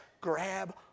grab